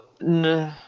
no